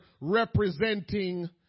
representing